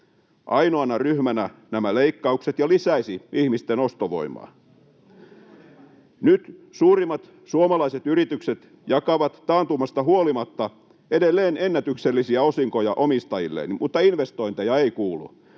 ainoana ryhmänä nämä leikkaukset ja lisäisi ihmisten ostovoimaa. [Ben Zyskowicz: Kuulitteko, demarit?] Nyt suurimmat suomalaiset yritykset jakavat taantumasta huolimatta edelleen ennätyksellisiä osinkoja omistajilleen, mutta investointeja ei kuulu.